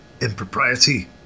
Impropriety